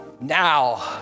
Now